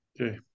Okay